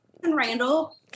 Randall